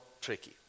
tricky